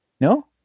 No